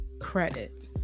credit